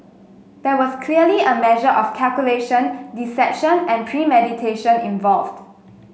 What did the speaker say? there was clearly a measure of calculation deception and premeditation involved